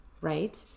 right